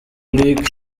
lick